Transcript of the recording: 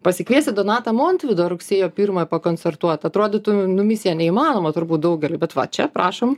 pasikviesti donatą montvydą rugsėjo pirmąją pakoncertuoti atrodytų nu misija neįmanoma turbūt daugeliui bet va čia prašom